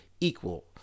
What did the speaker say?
equal